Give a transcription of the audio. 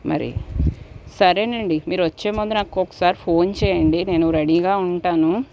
మరి సరేనండి మీరు వచ్చే ముందు నాకు ఒకసారి ఫోన్ చేయండి నేను రెడీగా ఉంటాను